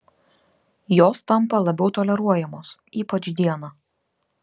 jos tampa labiau toleruojamos ypač dieną